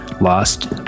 lost